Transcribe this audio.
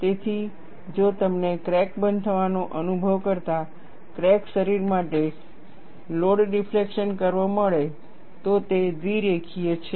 તેથી જો તમને ક્રેક બંધ થવાનો અનુભવ કરતા ક્રેક શરીર માટે લોડ ડિફ્લેક્શન કર્વ મળે તો તે દ્વિરેખીય છે